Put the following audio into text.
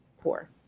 poor